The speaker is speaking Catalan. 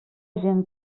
gent